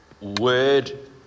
word